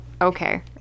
Okay